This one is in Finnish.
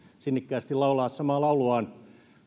sinnikkäästi laulaa samaa lauluaan